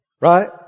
Right